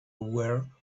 aware